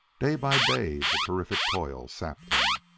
day by day the terrific toil sapped him.